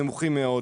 נמוכים מאוד,